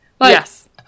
Yes